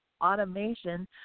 automation